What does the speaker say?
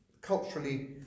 culturally